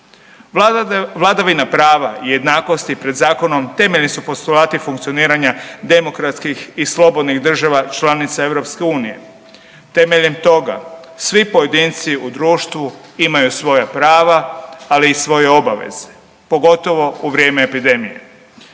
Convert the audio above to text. Vladavina prava i jednakosti pred zakonom temeljni su postulati funkcioniranja demokratskih i slobodnih država članica EU. Temeljem toga svi pojedinci u društvu imaju svoja prava, ali i svoje obveze pogotovo u vrijeme epidemije.